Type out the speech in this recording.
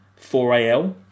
4AL